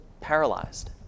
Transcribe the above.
paralyzed